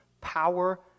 power